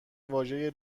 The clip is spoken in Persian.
واژه